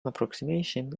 approximation